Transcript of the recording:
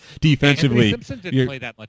defensively